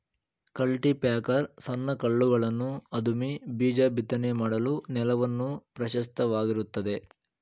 cultipacker ಸಣ್ಣ ಕಲ್ಲುಗಳನ್ನು ಅದುಮಿ ಬೀಜ ಬಿತ್ತನೆ ಮಾಡಲು ನೆಲವನ್ನು ಪ್ರಶಸ್ತವಾಗಿರುತ್ತದೆ